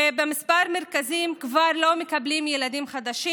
ובכמה מרכזים כבר לא מקבלים ילדים חדשים.